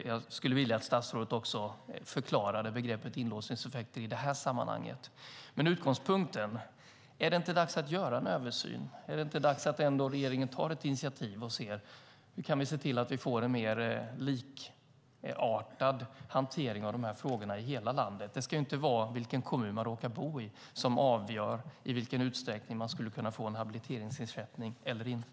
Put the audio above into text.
Jag skulle vilja att statsrådet förklarade begreppet inlåsningseffekter i det här sammanhanget. Är det inte dags att göra en översyn? Är det inte dags att regeringen tar ett initiativ och ser till att vi får en mer likartad hantering av de här frågorna i hela landet? Det ska ju inte vara vilken kommun man råkar bo i som avgör om man ska få en habiliteringsersättning eller inte.